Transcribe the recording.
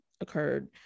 occurred